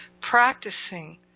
practicing